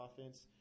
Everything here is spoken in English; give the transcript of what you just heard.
offense